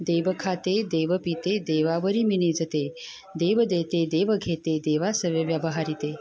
देव खाते देव पीते देवावरी मी निजते देव देते देव घेते देवासवे व्यवहारिते